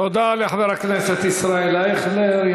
תודה, לחבר הכנסת ישראל אייכלר.